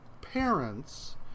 parents